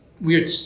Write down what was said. weird